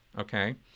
Okay